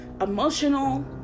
emotional